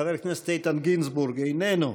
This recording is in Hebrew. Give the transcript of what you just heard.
חבר הכנסת איתן גינזבורג, איננו.